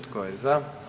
Tko je za?